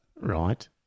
Right